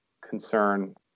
concern